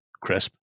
crisp